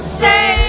say